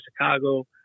Chicago